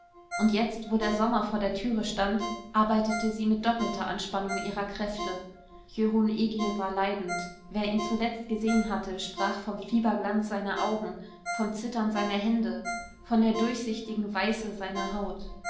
und jetzt wo der sommer vor der türe stand arbeitete sie mit doppelter anspannung ihrer kräfte jörun egil war leidend wer ihn zuletzt gesehen hatte sprach vom fieberglanz seiner augen vom zittern seiner hände von der durchsichtigen weiße seiner haut